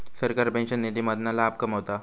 सरकार पेंशन निधी मधना लाभ कमवता